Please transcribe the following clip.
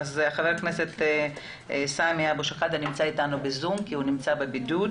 חבר הכנסת סמי אבו-שחאדה נמצא איתנו בזום כי הוא בבידוד.